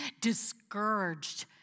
discouraged